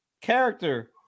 character